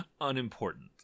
unimportant